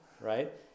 right